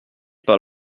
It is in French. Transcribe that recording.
par